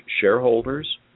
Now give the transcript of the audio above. shareholders